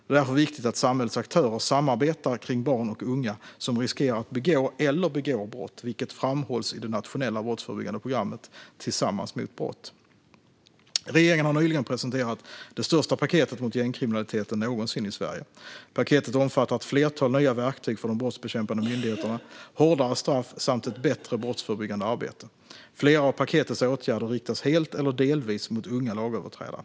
Det är därför viktigt att samhällets aktörer samarbetar kring barn och unga som riskerar att begå eller begår brott, vilket framhålls i det nationella brottsförebyggande programmet Tillsammans mot brott. Regeringen har nyligen presenterat det största paketet mot gängkriminaliteten någonsin i Sverige. Paketet omfattar ett flertal nya verktyg för de brottsbekämpande myndigheterna, hårdare straff och ett bättre brottsförebyggande arbete. Flera av paketets åtgärder riktas helt eller delvis mot unga lagöverträdare.